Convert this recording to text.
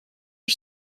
are